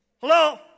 Hello